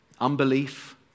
unbelief